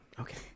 okay